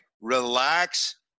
relax